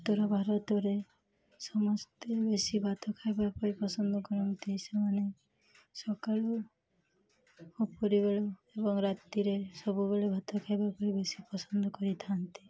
ଉତ୍ତର ଭାରତରେ ସମସ୍ତେ ବେଶୀ ଭାତ ଖାଇବା ପାଇଁ ପସନ୍ଦ କରନ୍ତି ସେମାନେ ସକାଳୁ ଉପରିିବେଳା ଏବଂ ରାତିରେ ସବୁବେଳେ ଭାତ ଖାଇବା ପାଇଁ ବେଶୀ ପସନ୍ଦ କରିଥାନ୍ତି